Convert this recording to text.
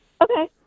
Okay